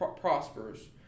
prospers